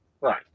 Right